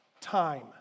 time